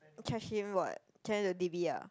charge him what charge him to d_b ah